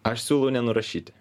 aš siūlau nenurašyti